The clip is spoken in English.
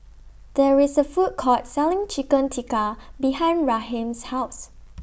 There IS A Food Court Selling Chicken Tikka behind Raheem's House